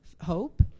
hope